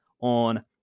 on